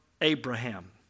Abraham